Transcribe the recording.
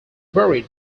buried